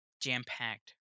jam-packed